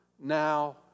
now